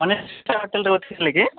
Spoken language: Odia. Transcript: ହୋଟେଲ୍ରେ କହୁଥିଲେ କାଏଁ